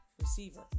receiver